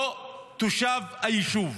לא תושב היישוב,